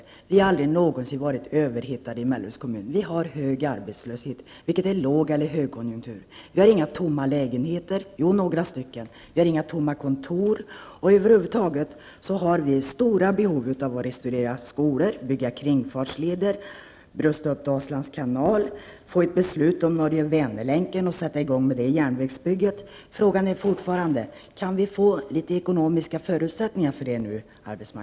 Melleruds kommun har aldrig någonsin varit överhettad. Vi har hög arbetslöshet vare sig det är låg eller högkonjunktur. Vi har på sin höjd ett par tomma lägenheter, och vi har inga tomma kontor. Vi har över huvud taget stora behov av att restaurera skolor, bygga kringfartsleder och rusta upp Dalslands kanal. Vi behöver också ett beslut om Norge--Vänern-länken, så att vi kan sätta i gång med järnvägsbygget. Frågan är fortfarande, arbetsmarknadsministern, om vi kan få ekonomiska förutsättningar för det här.